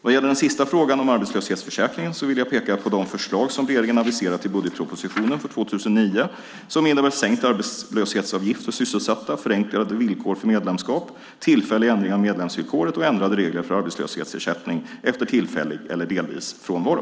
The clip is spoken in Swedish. Vad gäller den sista frågan om arbetslöshetsförsäkringen vill jag peka på de förslag som regeringen aviserat i budgetpropositionen för 2009 som innebär sänkt arbetslöshetsavgift för sysselsatta, förenklade villkor för medlemskap, tillfällig ändring av medlemsvillkoret och ändrade regler för arbetslöshetsersättning efter tillfällig eller delvis frånvaro.